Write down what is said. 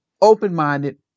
open-minded